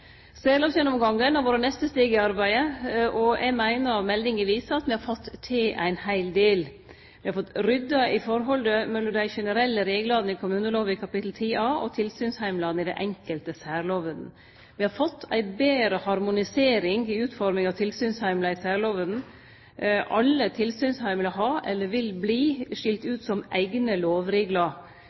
Særlovsgjennomgangen har vore neste steg i arbeidet. Eg meiner at meldinga viser at me har fått til ein heil del. Me har fått rydda i forholdet mellom dei generelle reglane i kommunelova kapittel 10 A og i tilsynsheimlane i dei enkelte særlovene. Me har fått ei betre harmonisering i utforminga av tilsynsheimlane i særlovene. Alle tilsynsheimlane er, eller vil verte, skilde ut som eigne lovreglar.